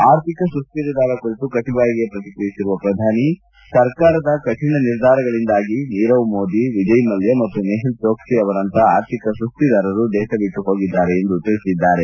ಆರ್ಥಿಕ ಸುಸ್ವಿದಾರರ ಕುರಿತು ಕಟುವಾಗಿಯೇ ಪ್ರತಿಕ್ರಿಯಿಸಿರುವ ಪ್ರಧಾನಿ ಸರ್ಕಾರದ ಕಠಿಣ ನಿರ್ಧಾರಗಳಿಂದಾಗಿ ನೀರವ್ ಮೋದಿ ವಿಜಯ್ ಮಲ್ಲ ಮತ್ತು ಮೆಹುಲ್ ಚೋಕ್ಷಿ ಅಂತಹ ಆರ್ಥಿಕ ಸುಸ್ತಿದಾರರು ದೇಶ ಬಿಟ್ಲು ಹೋಗಿದ್ದಾರೆ ಎಂದು ಹೇಳಿದ್ದಾರೆ